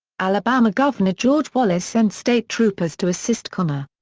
alabama governor george wallace sent state troopers to assist connor.